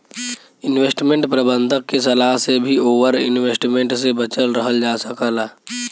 investment प्रबंधक के सलाह से भी ओवर इन्वेस्टमेंट से बचल रहल जा सकला